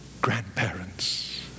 grandparents